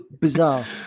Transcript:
bizarre